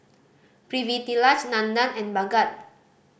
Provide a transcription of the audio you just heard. Pritiviraj Nandan and Bhagat